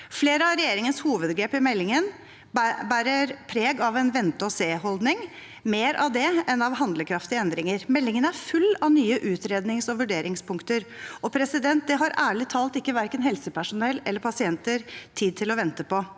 Flere av regjeringens hovedgrep i meldingen bærer preg av en vente-og-se-holdning – mer av det enn av handlekraftige endringer. Meldingen er full av nye utrednings- og vurderingspunkter. Det har ærlig talt verken helsepersonell eller pasienter tid til å vente på.